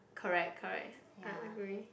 correct correct I agree